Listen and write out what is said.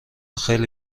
خیلی